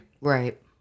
Right